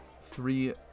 three